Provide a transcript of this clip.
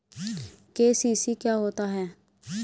KCC क्या होता है?